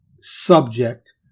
subject